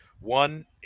one